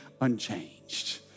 unchanged